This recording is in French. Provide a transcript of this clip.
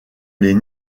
les